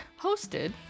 hosted